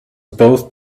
both